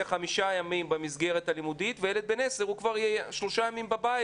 חמישה ימים במסגרת הלימודית וילד בן 10 יהיה שלושה ימים בבית